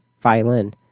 violin